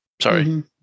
Sorry